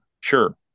Sure